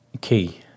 Key